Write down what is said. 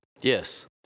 Yes